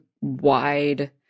wide